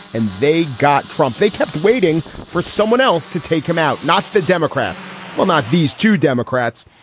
and they got trump. they kept waiting for someone else to take him out not the democrats. well, not these two democrats,